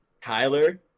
Tyler